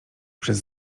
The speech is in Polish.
przez